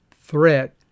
threat